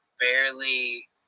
barely